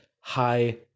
high